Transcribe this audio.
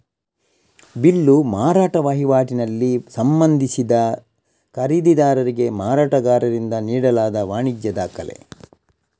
bill ಮಾರಾಟ ವೈವಾಟಲ್ಲಿ ಸಂಬಂಧಿಸಿದ ಖರೀದಿದಾರರಿಗೆ ಮಾರಾಟಗಾರರಿಂದ ನೀಡಲಾದ ವಾಣಿಜ್ಯ ದಾಖಲೆ